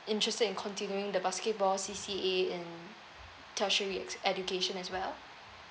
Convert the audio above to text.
interested in continuing the basketball C_C_A in tertiary ex~ education as well